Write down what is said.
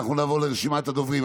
אנחנו נעבור לרשימת הדוברים.